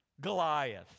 Goliath